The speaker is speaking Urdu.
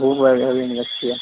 اچّھا بھوک وغیرہ بھی نہیں لگتی ہے